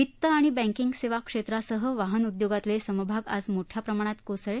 वित आणि बँकिंग सेवा क्षेत्रासह वाहन उदयोगातले समभाग आज मोठया प्रमाणात कोसळले